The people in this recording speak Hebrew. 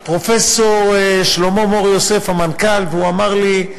המנכ"ל פרופסור שלמה מור-יוסף, והוא אמר לי: